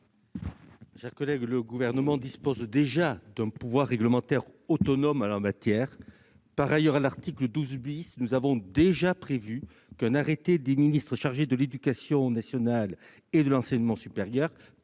de la commission ? Le Gouvernement dispose déjà d'un pouvoir réglementaire autonome en la matière. Par ailleurs, à l'article 12 , nous avons déjà prévu qu'un arrêté des ministres chargés de l'éducation nationale et de l'enseignement supérieur